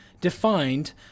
defined